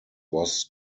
was